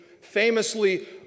famously